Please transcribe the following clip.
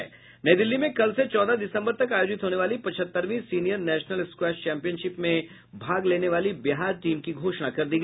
नई दिल्ली में कल से चौदह दिसम्बर तक आयोजित होने वाली पचहत्तरवीं सिनियर नेशनल स्क्वैश चैंपियनशिप में भाग लेने वाली बिहार टीम की घोषणा कर दी है